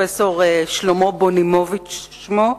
פרופסור שלמה בונימוביץ שמו,